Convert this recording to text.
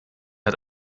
hat